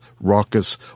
raucous